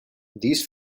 these